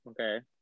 Okay